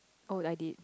oh I did